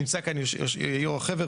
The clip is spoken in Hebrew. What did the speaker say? נמצא כאן יו"ר החבר,